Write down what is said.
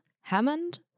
Hammond